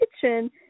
kitchen